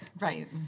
Right